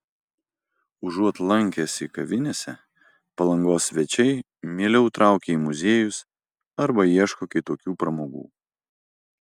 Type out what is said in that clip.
užuot lankęsi kavinėse palangos svečiai mieliau traukia į muziejus arba ieško kitokių pramogų